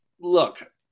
look